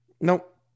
Nope